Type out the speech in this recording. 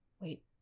wait